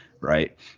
Right